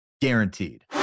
guaranteed